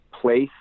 place